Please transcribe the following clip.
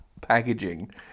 packaging